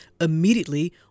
immediately